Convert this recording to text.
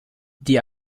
die